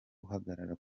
guhagarara